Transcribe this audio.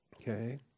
Okay